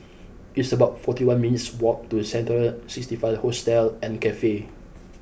it's about forty one minutes' walk to Central sixty five Hostel and Cafe